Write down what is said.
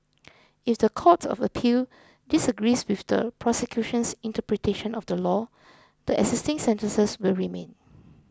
if the Court of Appeal disagrees with the prosecution's interpretation of the law the existing sentences will remain